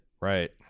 right